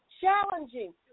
challenging